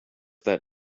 that